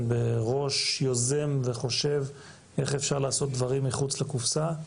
בראש יוזם וחושב איך אפשר לעשות דברים מחוץ לקופסה.